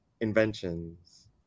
inventions